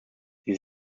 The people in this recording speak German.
sie